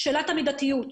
שאלת המידתיות.